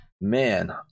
man